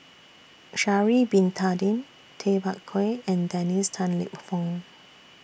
Sha'Ari Bin Tadin Tay Bak Koi and Dennis Tan Lip Fong